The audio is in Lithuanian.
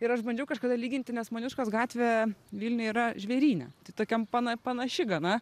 ir aš bandžiau kažkada lyginti nes moniuškos gatvė vilniuj yra žvėryne tai tokiam pana panaši gana